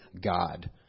God